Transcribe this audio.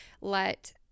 let